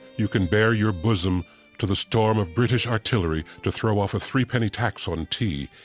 you can bare your bosom to the storm of british artillery to throw off a three penny tax on tea,